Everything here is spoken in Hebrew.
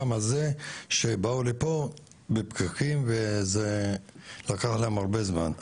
גם על זה שבאו לפה בפקקים וזה לקח להם הרבה זמן.